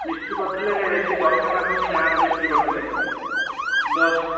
ମିସ୍ତ୍ରୀ କରିଥିଲେ ସେ ଦହିଜମା ଆମ ସେହି ଗାଁର ମିସ୍ତ୍ରୀ କରିଥିଲେ ଦଶ